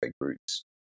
groups